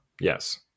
Yes